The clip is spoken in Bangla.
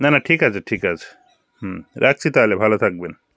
না না ঠিক আছে ঠিক আছে হুম রাখছি তাহলে ভালো থাকবেন